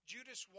Judas